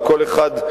וכל אחד,